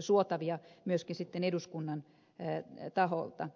suotavia myöskin sitten eduskunnan taholta